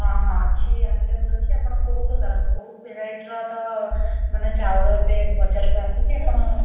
ହଁ ଅଛି ଆଭେଲେବୁଲ୍ ଅଛି ଆପଣ କେଉଁ ପ୍ରକାର କେଉଁ ଭେରାଇଟିର ତ ମାନେ ଚାଉଳ ଏବେ ବଜାରକୁ ଆସୁଛି ଆପଣ